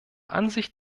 ansicht